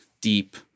deep